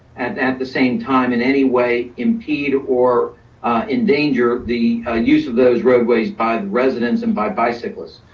and at the same time, in any way impede or endanger the use of those roadways by the residents and by bicyclists.